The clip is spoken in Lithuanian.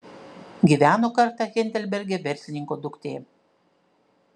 gyveno kartą heidelberge verslininko duktė